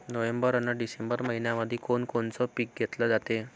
November अन December मइन्यामंधी कोण कोनचं पीक घेतलं जाते?